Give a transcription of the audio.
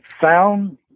found